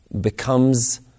becomes